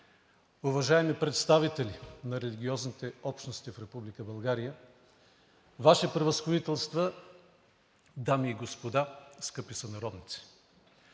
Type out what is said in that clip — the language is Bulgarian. уважаеми представители на религиозните общности в Република България, Ваши Превъзходителства, дами и господа, скъпи сънародници!